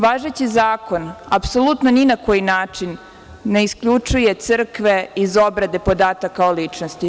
Važeći zakon apsolutno ni na koji način ne isključuje crkve iz obrade podataka o ličnosti.